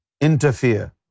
interfere